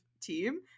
team